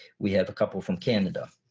we have a couple from canada.